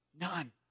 None